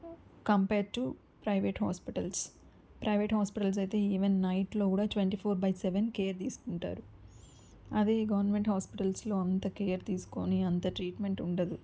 compare to private hospitals private hospitals అయితే even నైట్లో కూడా twenty four by seven care తీసుకుంటారు అది గవర్నమెంట్ హాస్పిటల్స్లో అంత కేర్ తీసుకోని అంత ట్రీట్మెంట్ ఉండదు